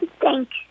Thanks